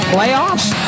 Playoffs